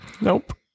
Nope